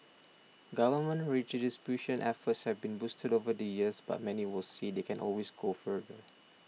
government redistribution efforts have been boosted over the years but many would say they can always go further